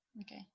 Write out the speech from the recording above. Okay